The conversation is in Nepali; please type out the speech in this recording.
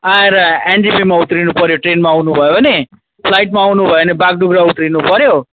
आएर एनजेपीमा उत्रिनु पऱ्यो ट्रेनमा आउनु भयो भने फ्लाइटमा आउनु भयो भने बागडोग्रा उत्रिनु पऱ्यो